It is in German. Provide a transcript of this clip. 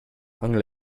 angel